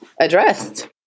addressed